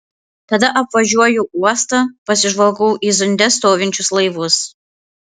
tada apvažiuoju uostą pasižvalgau į zunde stovinčius laivus